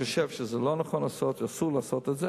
ואני הראשון שגיליתי את זה,